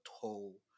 toll